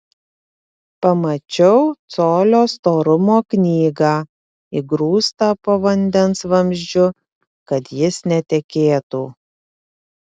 pamačiau colio storumo knygą įgrūstą po vandens vamzdžiu kad jis netekėtų